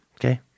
Okay